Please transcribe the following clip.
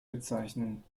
bezeichnen